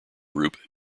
group